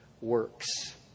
works